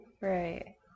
Right